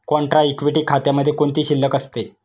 Contra equity खात्यामध्ये कोणती शिल्लक असते?